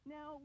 Now